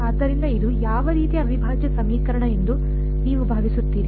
ಆದ್ದರಿಂದ ಇದು ಯಾವ ರೀತಿಯ ಅವಿಭಾಜ್ಯ ಸಮೀಕರಣ ಎಂದು ನೀವು ಭಾವಿಸುತ್ತೀರಿ